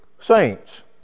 saints